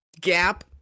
gap